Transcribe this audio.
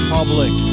Public